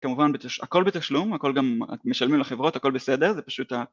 כמובן הכל בתשלום הכל גם משלמים לחברות הכל בסדר זה פשוט ה..